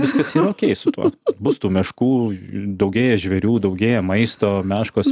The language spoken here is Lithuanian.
viskas yra okey su tuo bus tų meškų daugėja žvėrių daugėja maisto meškos